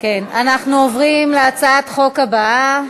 אנחנו עוברים להצעת החוק הבאה: